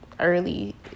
early